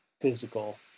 physical